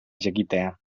jakitea